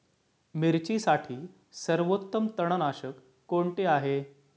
मिरचीसाठी सर्वोत्तम तणनाशक कोणते आहे?